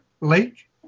Lake